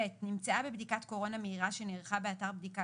נמצאה בבדיקת קורונה מהירה שנערכה באתר בדיקה